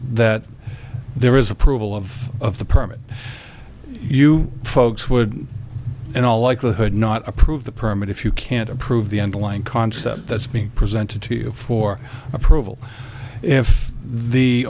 that there is approval of the permit you folks would in all likelihood not approve the permit if you can't approve the end lang concept that's being presented to you for approval if the